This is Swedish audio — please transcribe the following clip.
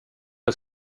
jag